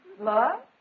Love